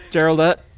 Geraldette